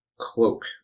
cloak